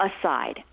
aside